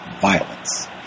violence